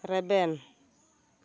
ᱨᱮᱵᱮᱱ